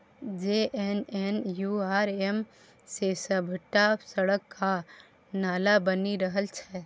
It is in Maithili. जे.एन.एन.यू.आर.एम सँ सभटा सड़क आ नाला बनि रहल छै